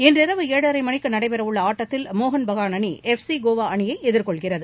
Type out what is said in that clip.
இன்றிரவு ஏழரை மணிக்கு நடைபெற உள்ள ஆட்டத்தில் மோகன் பகான் அணி எஃப்சி கோவா அணியை எதிர்கொள்கிறது